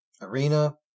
Arena